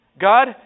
God